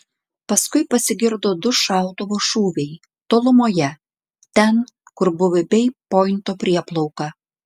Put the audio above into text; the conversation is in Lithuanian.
paskui pasigirdo du šautuvo šūviai tolumoje ten kur buvo bei pointo prieplauka